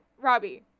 Robbie